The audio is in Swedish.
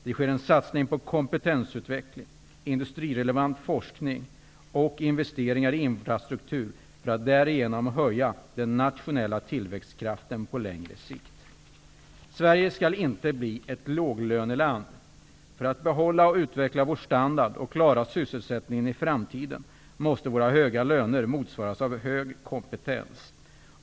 Det sker en satsning på kompetensutveckling, industrirelevant forskning och investeringar i infrastruktur för att därigenom höja den nationella tillväxtkraften på längre sikt. Sverige skall inte bli ett låglöneland. För att behålla och utveckla vår standard och klara sysselsättningen i framtiden, måste våra höga löner motsvaras av en hög kompetens.